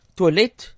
toilet